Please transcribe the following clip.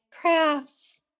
crafts